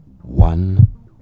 one